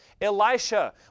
Elisha